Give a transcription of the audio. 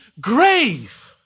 grave